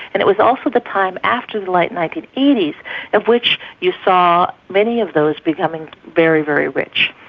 and it was also the time after the late and like nineteen eighty s of which you saw many of those becoming very, very rich.